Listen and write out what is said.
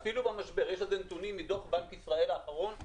יש על זה נתונים מתוך בנק ישראל האחרון.